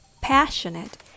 passionate